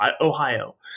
Ohio